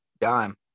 dime